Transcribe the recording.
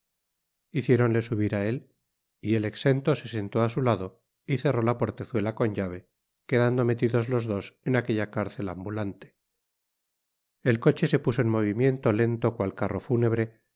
hiciéronle subir á él y el exento se sentó á su lado y cerró la portezuela con llave quedando metidos los dos en aquella cárcel ambulante el coche se puso en movimiento lento cual carro fúnebre